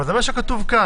אבל זה מה שכתוב כאן.